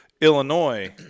Illinois